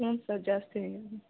ಹ್ಞೂ ಸರ್ ಜಾಸ್ತಿ ಆಗಿದೆ